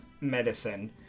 medicine